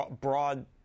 broad